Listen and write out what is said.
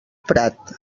prat